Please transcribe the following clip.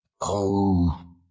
Oh